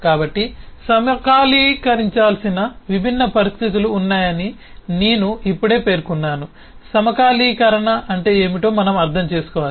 కాబట్టి సమకాలీకరించాల్సిన విభిన్న పరిస్థితులు ఉన్నాయని నేను ఇప్పుడే పేర్కొన్నాను సమకాలీకరణ అంటే ఏమిటో మనం అర్థం చేసుకోవాలి